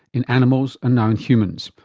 in animals and now in humans.